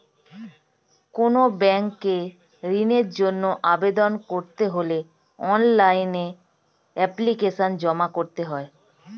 কোনো ব্যাংকে ঋণের জন্য আবেদন করতে হলে অনলাইনে এপ্লিকেশন জমা করতে হয়